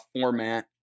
format